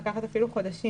זה יכול לקחת אפילו חודשים.